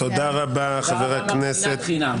תודה רבה, מר שנאת חינם.